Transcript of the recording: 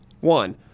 One